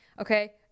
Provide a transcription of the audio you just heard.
okay